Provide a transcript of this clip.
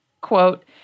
quote